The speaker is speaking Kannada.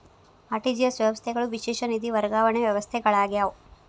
ಆರ್.ಟಿ.ಜಿ.ಎಸ್ ವ್ಯವಸ್ಥೆಗಳು ವಿಶೇಷ ನಿಧಿ ವರ್ಗಾವಣೆ ವ್ಯವಸ್ಥೆಗಳಾಗ್ಯಾವ